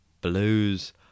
Blues